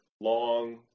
long